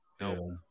No